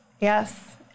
Yes